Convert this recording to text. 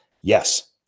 Yes